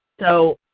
so